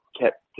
kept